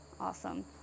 awesome